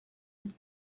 and